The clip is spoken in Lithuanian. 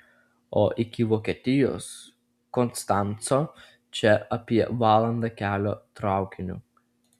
o iki vokietijos konstanco čia apie valanda kelio traukiniu